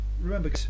remember